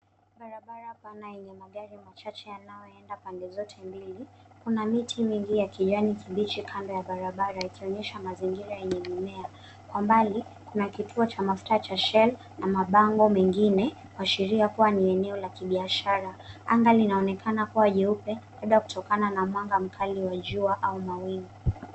Barabara pana ina magari machache yanayoenda pande zote mbili. Kuna miti mingi ya kijani kibichi kando ya barabara ikionyesha mazingira yenye mimea. Kwa mbali, kuna kituo cha mafuta cha Shell na mabango mengine kuashiria kuwa ni eneo la kibiashara. Anga linaonekana kuwa jeupe labda kutokana na mwanga mkali wa jua au mawingu.